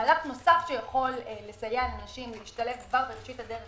מהלך נוסף שיכול סייע לנשים להשתלב כבר בראשית הדרך